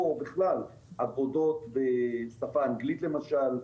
או בכלל עבודות בשפה האנגלית למשל.